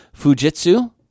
Fujitsu